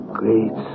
great